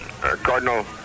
Cardinal